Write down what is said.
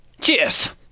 Cheers